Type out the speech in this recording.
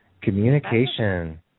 Communication